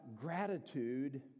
gratitude